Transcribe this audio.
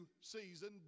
season